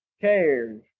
cares